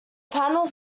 panels